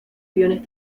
guiones